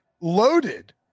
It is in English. loaded